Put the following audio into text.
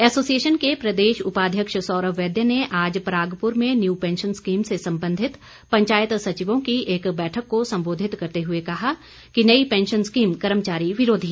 association के प्रदेश उपाध्यक्ष सौरव वैद्य ने आज परागपुर में न्यू पैंशन स्कीम से संबंधित पंचायत सचिवों की एक बैठक को संबोधित करते हुए कहा कि नई पैंशन स्कीम कर्मचारी विरोधी है